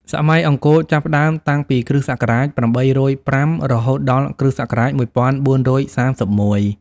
សម័យអង្គរចាប់ផ្តើមតាំងពី គ.ស. ៨០៥ រហូតដល់ គ.ស. ១៤៣១។